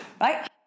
right